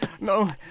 No